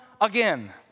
again